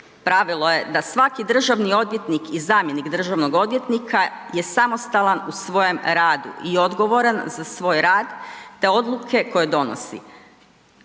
Pravilo je da svaki državni odvjetnik i zamjenik državnog odvjetnika je samostalan u svojem radu i odgovoran za svoj rad te odluke koje donosi.